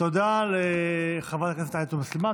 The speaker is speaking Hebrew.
תודה לחברת הכנסת עאידה תומא סלימאן.